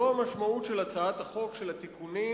זו המשמעות של הצעת החוק של התיקונים